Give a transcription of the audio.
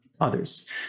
others